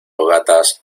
fogatas